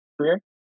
career